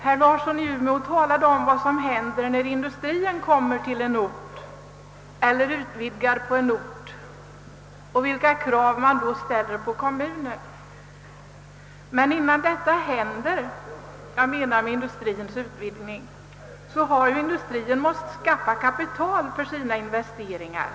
Herr Larsson i Umeå talade om vad som händer när industrien kommer till en ort eller när en industri utvidgar och vilka krav man då ställer på kommunerna. Men innan industrien utvidgar har den måst skaffa kapital för investeringarna.